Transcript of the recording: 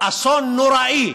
אסון נוראי,